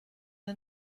wir